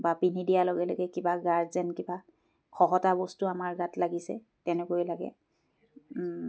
বা পিন্ধি দিয়াৰ লগে লগে কিবা গা যেন কিবা খহটা বস্তু আমাৰ গাত লাগিছে তেনেকৈ লাগে